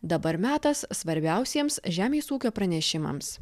dabar metas svarbiausiems žemės ūkio pranešimams